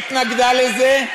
היא התנגדה לזה,